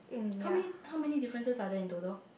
how many how many differences are there in total